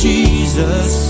Jesus